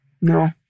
No